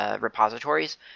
repositories